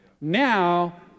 Now